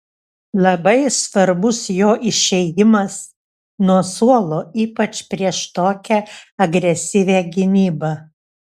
labai svarbus jo išėjimas nuo suolo ypač prieš tokią agresyvią gynybą